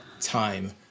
time